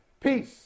peace